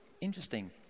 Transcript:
Interesting